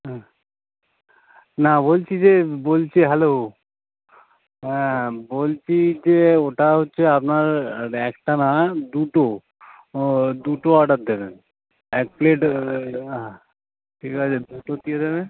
হুম না বলছি যে বলছি হ্যালো হ্যাঁ বলছি যে ওটা হচ্ছে আপনার একটা না দুটো ও দুটো অর্ডার দেবেন এক প্লেট হ্যাঁ ঠিক আছে দুটো দিয়ে দেবেন